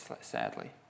sadly